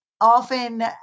often